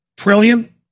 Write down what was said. Trillion